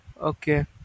Okay